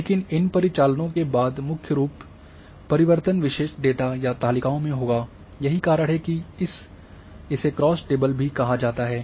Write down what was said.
लेकिन इन परिचालनों के बाद मुख्य रूप परिवर्तन विशेषता डेटा या तालिकाओं में होंगे यही कारण है कि इसे क्रॉस टेबल भी कहा जाता है